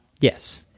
Yes